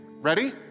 ready